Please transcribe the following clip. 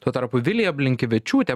tuo tarpu vilija blinkevičiūtė